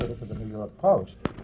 the new york post.